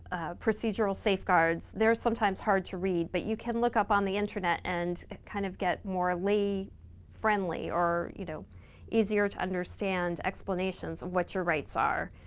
procedural safeguards they're sometimes hard to read, but you can look up on the internet and kind of get morally friendly or you know easier to understand explanations of what your rights are.